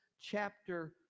chapter